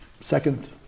second